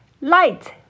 light